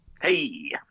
Hey